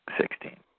sixteen